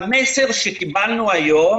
המסר שקיבלנו היום,